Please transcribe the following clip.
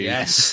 Yes